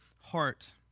heart